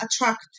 attract